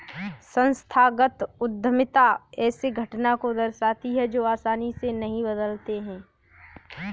संस्थागत उद्यमिता ऐसे घटना को दर्शाती है जो आसानी से नहीं बदलते